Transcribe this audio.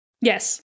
Yes